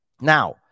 Now